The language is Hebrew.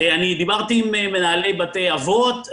דיברתי עם מנהלי בתי אבות,